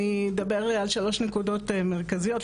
אני אדבר על שלוש נקודות מרכזיות,